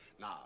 Now